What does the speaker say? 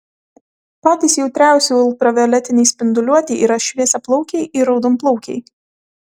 patys jautriausi ultravioletinei spinduliuotei yra šviesiaplaukiai ir raudonplaukiai